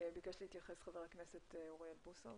ביקש להתייחס ח"כ אוריאל בוסו.